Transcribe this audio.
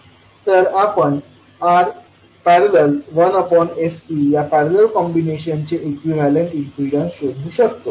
तर आपण R ।। 1sCया पॅरलल कॉम्बिनेशनचे इक्विवलेंट इम्पीडन्स शोधू शकतो